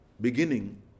beginning